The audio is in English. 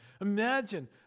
Imagine